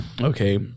Okay